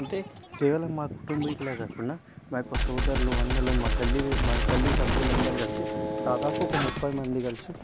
అంటే కేవలం మా కుటుంబీకులే కాకుండా మా యొక్క సోదరులు అన్నలు మా గల్లీ మా గల్లీ సభ్యులందరు కలసి దాదాపు ఒక ముప్పై మంది కలిసి